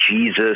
Jesus